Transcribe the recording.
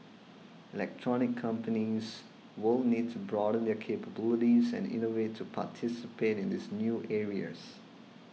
electronics companies will need to broaden their capabilities and innovate to participate in these new areas